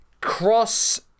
Cross